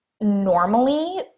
normally